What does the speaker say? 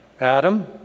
Adam